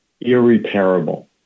irreparable